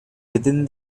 within